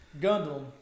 Gundam